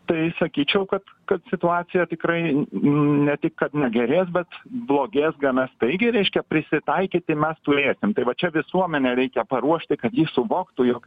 tai sakyčiau kad kad situacija tikrai ne tik kad negerės bet blogės gana staigiai reiškia prisitaikyti mes turėsim tai va čia visuomenę reikia paruošti kad ji suvoktų jog